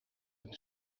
een